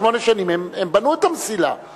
בשמונה שנים הם בנו את המסילה,